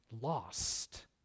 lost